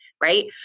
right